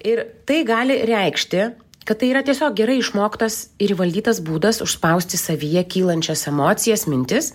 ir tai gali reikšti kad tai yra tiesiog gerai išmoktas ir įvaldytas būdas užspausti savyje kylančias emocijas mintis